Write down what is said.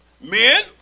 men